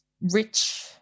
rich